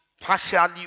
partially